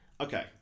Okay